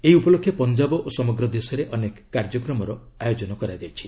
ଏହି ଉପଲକ୍ଷେ ପଞ୍ଜାବ ଓ ସମଗ୍ର ଦେଶରେ ଅନେକ କାର୍ଯ୍ୟକ୍ରମର ଆୟୋଜନ କରାଯାଇଛି